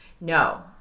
No